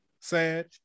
sad